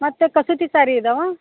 ಮತ್ತು ಕಸೂತಿ ಸಾರಿ ಇದ್ದಾವಾ